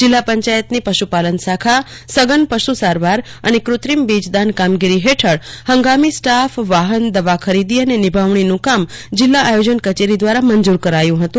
જીલ્લાપંચાયતની પશુપાલન શાખા સઘન પશુ સારવાર અને કૃત્રિમ બીજદાન કામગીરી હેઠળ હંગામી સાફ વાહન દવા ખરીદી અને નીભાવણીનું કામ જીલ્લા આયોજન કચેરી દ્વારા મંજુર કરાયું હતું